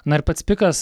na ir pats pikas